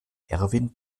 erwin